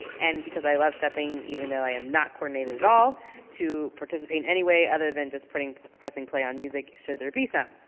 and because i love stepping, even though i am not coordinated at all to participant any way other than just pressing play on music, should there be some.